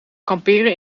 kamperen